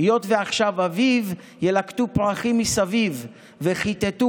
/ היות ועכשיו אביב / ילקטו פרחים מסביב // וכיתתו